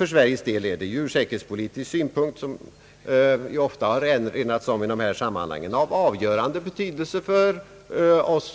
För Sveriges del har det ur säkerhetspolitisk synpunkt — som ofta har erinrats om i dessa sammanhang — avgörande betydelse